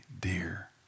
dear